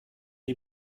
est